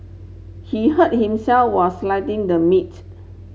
he hurt himself while sliding the meat